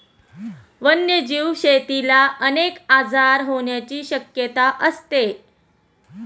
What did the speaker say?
वन्यजीव शेतीला अनेक आजार होण्याची शक्यता असते